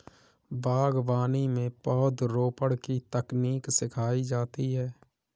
बागवानी में पौधरोपण की तकनीक सिखाई जाती है